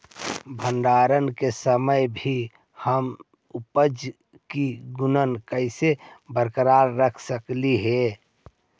भंडारण के समय भी हम उपज की गुणवत्ता कैसे बरकरार रख सकली हे?